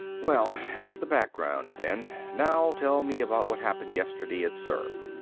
well, that's the background, then. now tell me about what happened yesterday at zurb.